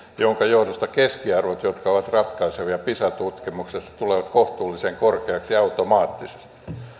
minkä johdosta keskiarvot jotka ovat ratkaisevia pisa tutkimuksessa tulevat kohtuullisen korkeiksi automaattisesti